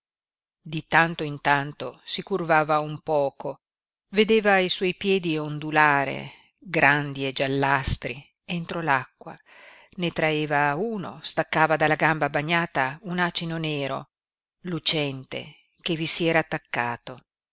di tanto in tanto si curvava un poco vedeva i suoi piedi ondulare grandi e giallastri entro l'acqua ne traeva uno staccava dalla gamba bagnata un acino nero lucente che vi si era attaccato